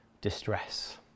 distress